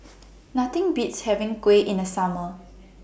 Nothing Beats having Kuih in The Summer